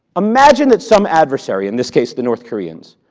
imagine that some adversary, in this case, the north koreans,